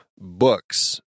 books